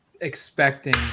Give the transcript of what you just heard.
expecting